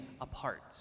apart